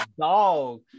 dog